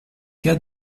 cas